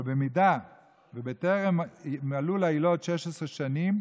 אבל אם טרם מלאו לילוד 16 שנים,